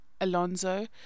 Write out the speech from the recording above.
Alonso